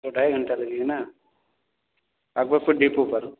दो ढाई घण्टा लगेगा ना अकबरपुर डीपो पर